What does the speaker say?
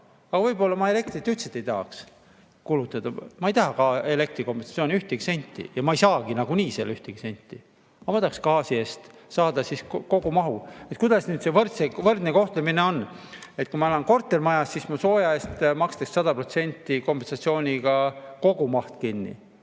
Aga võib‑olla ma elektrit üldse ei tahaks kulutada. Ma ei taha ka elektrikompensatsiooni ühtegi senti, ma niikuinii ei saagi sealt ühtegi senti. Aga ma tahaksin gaasi eest saada kogu mahu. Kuidas see võrdne kohtlemine on? Kui ma elan kortermajas, siis sooja eest makstakse 100%‑lise kompensatsiooniga kogu maht kinni.